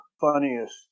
funniest